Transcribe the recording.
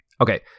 Okay